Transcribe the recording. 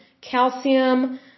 calcium